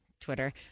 Twitter